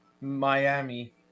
Miami